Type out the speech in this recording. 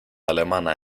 alemana